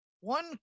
one